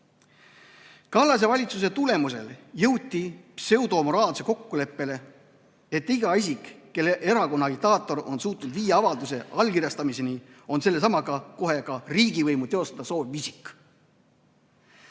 "Isa-Kallase valitsuse tulemusel jõuti pseudomoraalsele kokkuleppele, et iga isik, kelle erakonna agitaator on suutnud viia avalduse allkirjastamiseni, on sellesamaga kohe riigivõimu teostada sooviv isik.